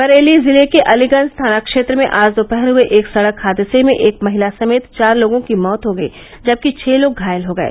बरेली जिले के अलीगंज थाना क्षेत्र में आज दोपहर हुए एक सड़क हादसे में एक महिला समेत चार लोगों की मौत हो गयी जबकि छः लोग घायल हो गये